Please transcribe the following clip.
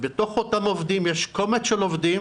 בקרב אותם עובדים יש קומץ של עובדים